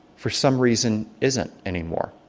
for some reason, isn't anymore.